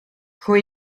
gooi